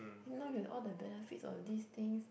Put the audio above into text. then now we have all the benefits of these things